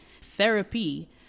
Therapy